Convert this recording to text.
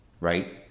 right